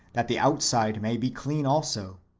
that the outside may be clean also.